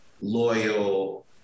loyal